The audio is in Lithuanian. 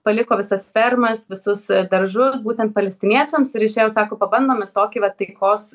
paliko visas fermas visus daržus būtent palestiniečiams ir išėjo sako pabandom mes tokį vat taikos